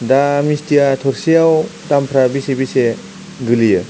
दा मिसटिया थरसेयाव दामफ्रा बेसे बेसे गोलैयो